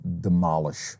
demolish